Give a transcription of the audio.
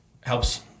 helps